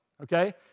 Okay